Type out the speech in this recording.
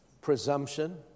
Presumption